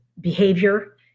behavior